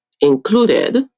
included